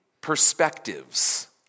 perspectives